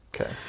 Okay